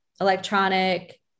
electronic